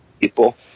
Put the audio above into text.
people